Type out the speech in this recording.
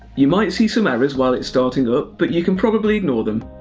you might see some errors while it's starting up, but you can probably ignore them.